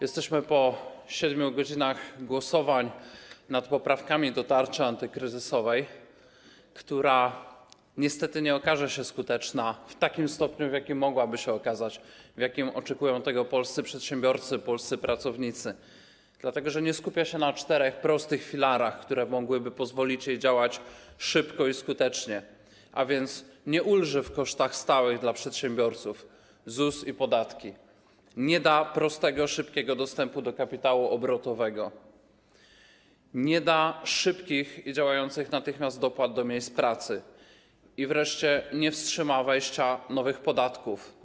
Jesteśmy po 7 godzinach głosowań nad poprawkami do tarczy antykryzysowej, która niestety nie okaże się skuteczna w takim stopniu, w jakim mogłaby się okazać, w jakim oczekują tego polscy przedsiębiorcy, polscy pracownicy, dlatego że nie skupia się na czterech prostych filarach, które mogłyby pozwolić jej działać szybko i skutecznie, a więc nie ulży w kosztach stałych dla przedsiębiorców, ZUS i podatki, nie da prostego, szybkiego dostępu do kapitału obrotowego, nie da szybkich i działających natychmiast dopłat do miejsc pracy i wreszcie nie wstrzyma wejścia nowych podatków.